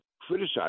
criticize